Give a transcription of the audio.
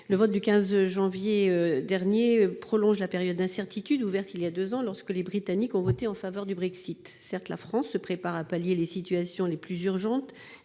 Le vote du 15 janvier prolonge la période d'incertitude qui s'est ouverte il y a deux ans lorsque les Britanniques ont voté en faveur du Brexit. Certes, la France se prépare à faire face aux situations les plus urgentes